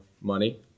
money